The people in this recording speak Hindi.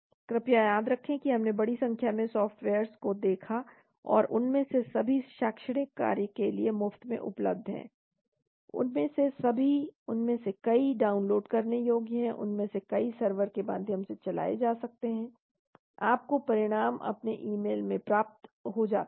कृपया याद रखें कि हमने बड़ी संख्या में सॉफ्टवेयर्स को देखा और उनमें से सभी शैक्षणिक कार्य के लिए मुफ्त में उपलब्ध हैं उनमें से सभी उनमें से कई डाउनलोड करने योग्य हैं उनमें से कई सर्वर के माध्यम से चलाए जा सकते हैं आपको परिणाम अपने ईमेल में प्राप्त हो जाते हैं